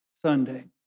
Sunday